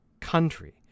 country